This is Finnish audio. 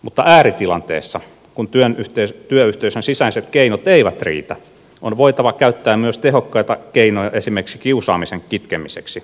mutta ääritilanteissa kun työyhteisön sisäiset keinot eivät riitä on voitava käyttää myös tehokkaita keinoja esimerkiksi kiusaamisen kitkemiseksi